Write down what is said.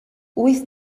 wyth